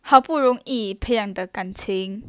好不容易培养的感情